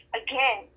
again